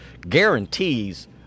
guarantees